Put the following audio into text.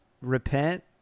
Repent